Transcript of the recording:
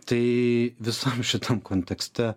tai visam šitam kontekste